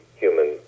human